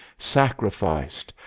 sacrificed,